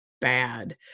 bad